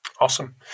awesome